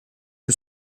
que